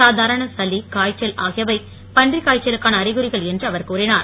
சாதாரண சளி காய்ச்சல் ஆகியவை பன்றிக்காய்ச்சலுக்கான அறிகுறிகள் என்று அவர் கூறினார்